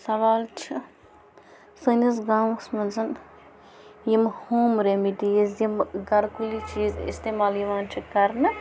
سوال چھِ سٲنِس گامَس منٛز یِم یِم ہوم رٮ۪مِڈیٖز یِم گَرکُلی چیٖز اِستعمال یِوان چھِ کَرنہٕ